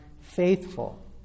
faithful